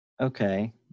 Okay